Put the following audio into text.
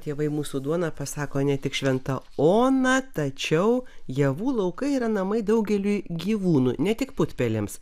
tėvai mūsų duona pasako ne tik šventa ona tačiau javų laukai yra namai daugeliui gyvūnų ne tik putpelėms